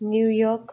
New York